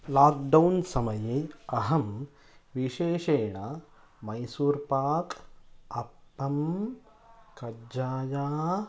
lockdown समये अहं विशेषेण मैसूर्पाक् अप्पं कज्जाया